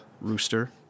Rooster